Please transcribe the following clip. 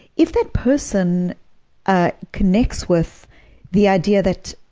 if that person ah connects with the idea that